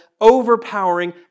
overpowering